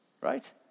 right